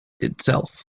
itself